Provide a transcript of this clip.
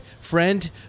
friend